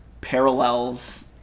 parallels